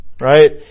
Right